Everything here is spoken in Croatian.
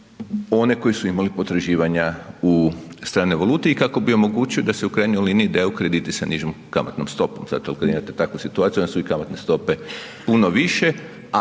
one koji su imali potraživanja u stranoj valuti i kako bi omogućio da se u krajnjoj liniji daju krediti sa nižom kamatnom stopom. Zato kad imate takvu situaciju onda su i kamatne stope puno više,